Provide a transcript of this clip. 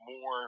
more